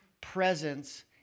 presence